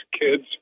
kids